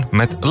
met